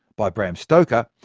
by bram stoker,